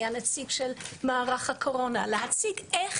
היה נציג של מערך הקורונה להציג איך